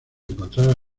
encontrar